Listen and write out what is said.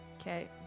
Okay